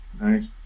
nice